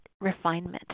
refinement